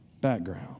background